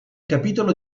capitolo